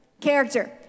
Character